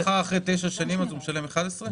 אחרי 9 שנים הוא משלם 11?